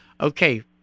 Okay